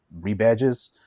rebadges